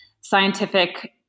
scientific